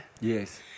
Yes